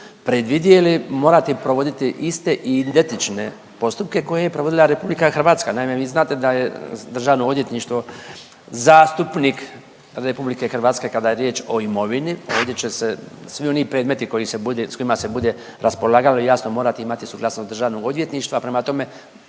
predvidjeli morati provoditi iste i identične postupke koje je provodila RH. Naime, vi znate da je Državno odvjetništvo zastupnik RH kada je riječ o imovini. Ovdje će se svi oni predmeti koji se bude, s kojima se bude raspolagalo jasno morati imati suglasnost Državnog odvjetništva, prema tome